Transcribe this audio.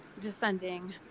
descending